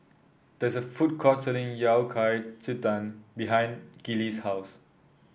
there is a food court selling Yao Cai Ji Tang behind Gillie's house